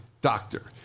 doctor